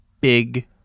Big